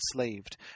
enslaved